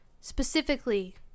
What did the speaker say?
Specifically